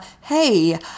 hey